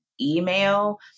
email